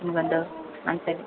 ಬಂದು